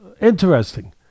interesting